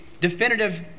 definitive